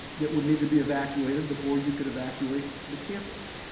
that would need to be evacuated before you could evacuate the campus.